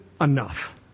enough